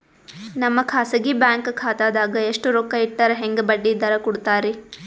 ನಮ್ಮ ಖಾಸಗಿ ಬ್ಯಾಂಕ್ ಖಾತಾದಾಗ ಎಷ್ಟ ರೊಕ್ಕ ಇಟ್ಟರ ಹೆಂಗ ಬಡ್ಡಿ ದರ ಕೂಡತಾರಿ?